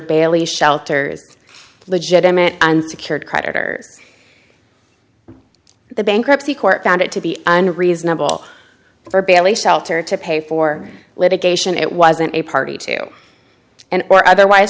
bailey shelters legitimate unsecured creditors the bankruptcy court found it to be unreasonable for bail a shelter to pay for litigation it wasn't a party to and or otherwise